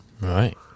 right